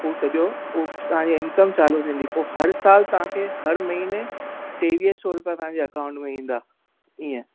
ऊ सॼो ऊ तांजी इंकम चालू थींदी पोइ हरु सालु तव्हांखे हरु महीने टेवीह सौ रुपिया तव्हांजे अकाउंट में ईंदा ईअं